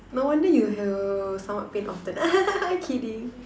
no wonder you have stomach pain often kidding